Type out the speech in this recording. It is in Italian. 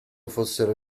fossero